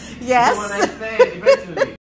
Yes